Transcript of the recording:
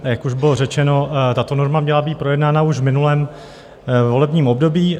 Jak už bylo řečeno, tato norma měla být projednána už v minulém volebním období.